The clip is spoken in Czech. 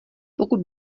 pokud